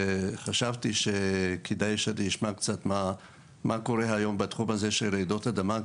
חשבתי שכדאי שאשמע קצת מה קורה היום בתחום הזה של רעידות אדמה,